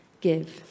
give